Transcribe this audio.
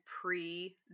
pre